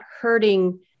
hurting